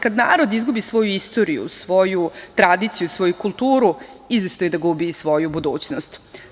Kada narod izgubi svoju istoriju, svoju tradiciju, svoju kulturu izvesno je da gubi i svoju budućnost.